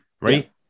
Right